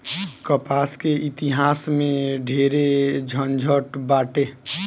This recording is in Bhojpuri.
कपास के इतिहास में ढेरे झनझट बाटे